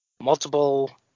multiple